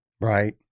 Right